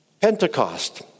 Pentecost